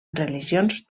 religions